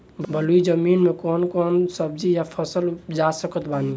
बलुई जमीन मे कौन कौन सब्जी या फल उपजा सकत बानी?